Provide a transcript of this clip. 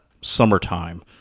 summertime